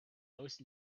most